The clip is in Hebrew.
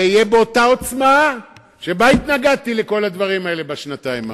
זה יהיה באותה עוצמה שבה התנגדתי לכל הדברים האלה בשנתיים האחרונות.